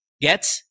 Get